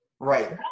Right